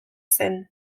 zen